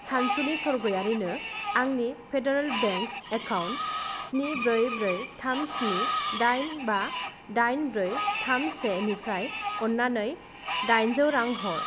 सानसुलि सरगियारिनो आंनि फेडारेल बेंक एकाउन्ट स्नि ब्रै ब्रै थाम स्नि दाइन बा दाइन ब्रै थाम सेनिफ्राय अन्नानै दाइनजौ रां हर